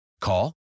Call